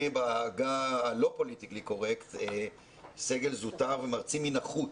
בעגה הלא פוליטיקלי קורקט סגל זוטר ומרצים מן החוץ.